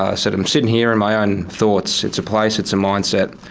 ah sort of i'm sitting here in my own thoughts, it's a place, it's a mindset.